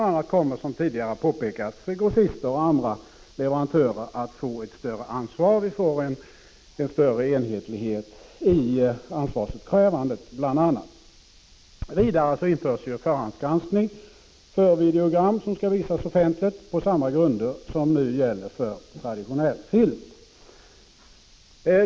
a. kommer, som tidigare påpekats, grossister och andra leverantörer att få ett större ansvar, och vi får större enhetlighet i ansvarsutkrävandet. Vidare införs förhandsgranskning av videogram som skall visas offentligt på samma grunder som nu gäller för traditionell film.